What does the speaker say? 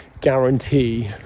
guarantee